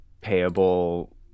payable